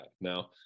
now